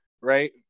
right